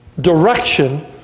direction